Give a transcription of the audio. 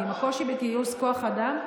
ועם הקושי בגיוס כוח אדם,